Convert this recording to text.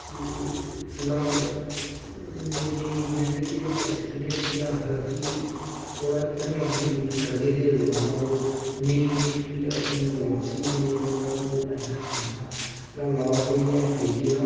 फिलहाल मेरे नैगिटव ते ऐक्सपिरीस इ'यै आखदा कि थोह्ड़ा ढंगै कन्नै यूज करगे ते रौंह्दा ओह् नेईं ते फिर असेंगी ओह् लास बी दिंदा ते बैनिफिट बी दिंदा फिलहाल लास देइयै बिजली दा